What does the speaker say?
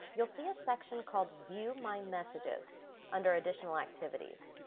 you'll see a section called view my messages under additional activities.